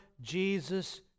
Jesus